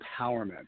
empowerment